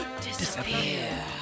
disappear